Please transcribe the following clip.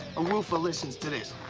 a roofer listens to this,